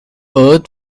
earth